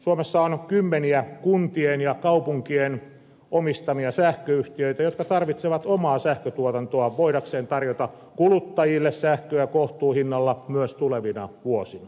suomessa on kymmeniä kuntien ja kaupunkien omistamia sähköyhtiöitä jotka tarvitsevat omaa sähköntuotantoa voidakseen tarjota kuluttajille sähköä kohtuuhinnalla myös tulevina vuosina